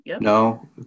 No